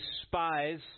despise